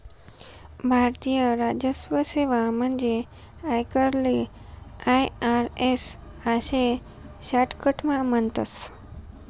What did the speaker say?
भारतीय राजस्व सेवा म्हणजेच आयकरले आय.आर.एस आशे शाटकटमा म्हणतस